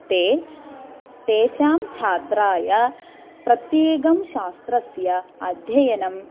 ते तेषां छात्राय प्रत्येकं शास्त्रस्य अध्ययनम्